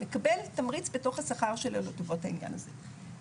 מקבל תמריץ בתוך השכר שלו לטובת העניין הזה.